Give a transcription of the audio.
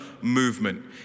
movement